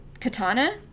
Katana